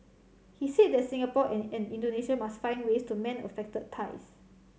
he said that Singapore and Indonesia must find ways to mend affected ties